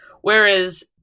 Whereas